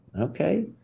Okay